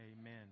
amen